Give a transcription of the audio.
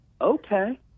okay